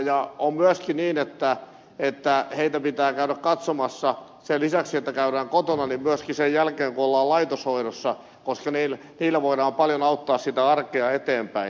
on myöskin niin että heitä pitää käydä katsomassa sen lisäksi että käydään kotona myöskin sen jälkeen kun ollaan laitoshoidossa koska sillä voidaan paljon auttaa sitä arkea eteenpäin